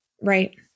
Right